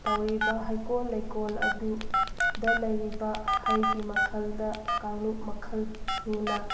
ꯇꯧꯔꯤꯕ ꯍꯩꯀꯣꯜ ꯂꯩꯀꯣꯜ ꯑꯗꯨꯗ ꯂꯩꯔꯤꯕ ꯍꯩꯒꯤ ꯃꯈꯜꯗ ꯀꯥꯡꯂꯨꯞ ꯃꯈꯜ ꯁꯨꯅ